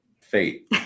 fate